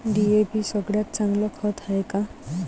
DAP सगळ्यात चांगलं खत हाये का?